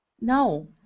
No